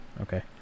Okay